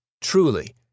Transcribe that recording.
Truly